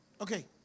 Okay